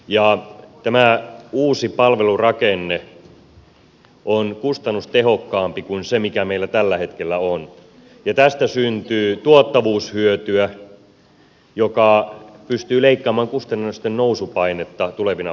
tämä uusi palvelurakenne on kustannustehokkaampi kuin se mikä meillä tällä hetkellä on ja tästä syntyy tuottavuushyötyä joka pystyy leikkaamaan kustannusten nousupainetta tulevina vuosina